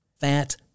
Fat